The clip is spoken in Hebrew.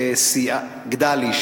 גדלי.